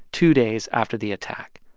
two days after the attack.